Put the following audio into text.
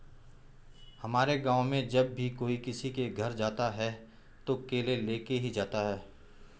हमारे गाँव में जब भी कोई किसी के घर जाता है तो केले लेके ही जाता है